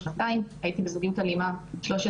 הפעם האחרונה יצאתי רק לפני חודש.